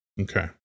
Okay